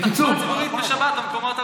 ותחבורה ציבורית בשבת במקומות,